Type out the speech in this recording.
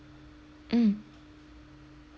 mm